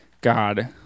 god